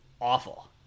awful